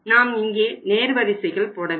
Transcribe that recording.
நாம் இங்கே நேர் வரிசைகள் போட வேண்டும்